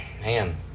Man